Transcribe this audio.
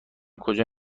کجا